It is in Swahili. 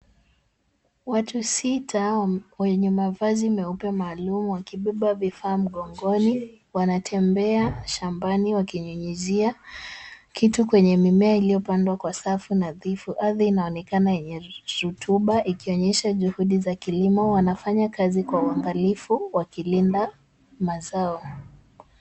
Watu sita wenye mavazi meupe maalum wakibeba vifaa mgongoni wanatembea shambani wakinyunyuzia kitu kwenye mimea iliyopandwa kwa safu nadhifu. Ardhi inaoneoana yenye rutuba ikionyesha juhudi za kilimo. Wanafanya kazi kwa uangalifu wakilinda mazao.